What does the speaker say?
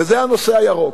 וזה הנושא הירוק.